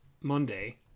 monday